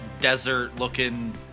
desert-looking